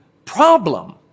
problem